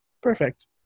Perfect